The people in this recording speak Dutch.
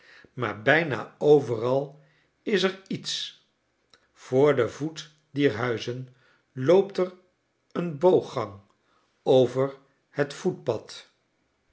maar by na overal is er iets voor den voet dier huizen loopt er een booggang over het voetpad